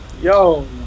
yo